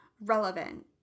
relevant